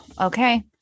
Okay